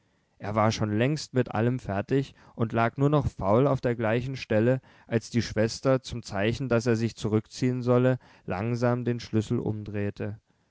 er war schon längst mit allem fertig und lag nur noch faul auf der gleichen stelle als die schwester zum zeichen daß er sich zurückziehen solle langsam den schlüssel umdrehte